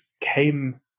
came